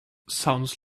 sounds